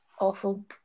awful